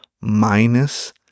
minus